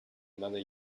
another